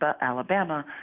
Alabama